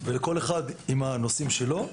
וכל אחד עם הנושאים שלו.